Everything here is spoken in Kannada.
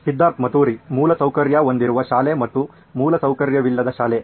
ಸಿದ್ಧಾರ್ಥ್ ಮತುರಿ ಮೂಲ ಸೌಕರ್ಯ ಹೊಂದಿರುವ ಶಾಲೆ ಮತ್ತು ಮೂಲ ಸೌಕರ್ಯವಿಲ್ಲದ ಶಾಲೆ